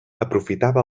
aprofitava